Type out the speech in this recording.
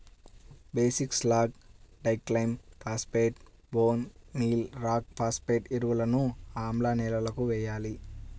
basic slag, డిక్లైమ్ phosphate, bone meal rock phosphate ఎరువులను ఆమ్ల నేలలకు వేయాలి